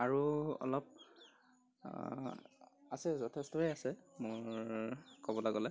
আৰু অলপ আছে যথেষ্টই আছে মোৰ ক'বলৈ গ'লে